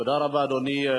תודה רבה, אדוני.